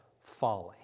folly